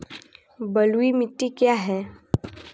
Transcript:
बलुई मिट्टी क्या है?